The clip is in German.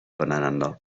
voneinander